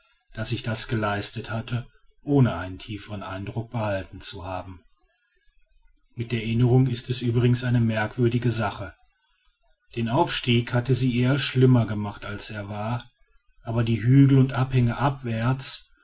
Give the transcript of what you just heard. daß ich das geleistet hatte ohne einen tieferen eindruck behalten zu haben mit der erinnerung ist es übrigens eine merkwürdige sache den aufstieg hatte sie eher schlimmer gemacht als es war aber die hügel und abhänge abwärts